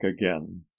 again